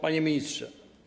Panie Ministrze!